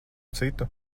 citu